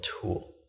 tool